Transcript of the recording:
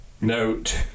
Note